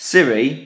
Siri